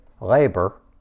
labor